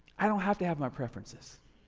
i don't have to have my preferences.